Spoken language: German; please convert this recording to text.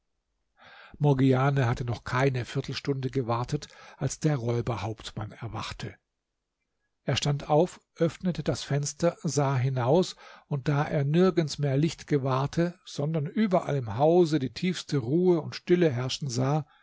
morgiane hatte noch keine viertelstunde gewartet als der räuberhauptmann erwachte er stand auf öffnete das fenster sah hinaus und da er nirgends mehr licht gewahrte sondern überall im hause die tiefste ruhe und stille herrschen sah